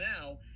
now